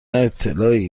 اطلاعی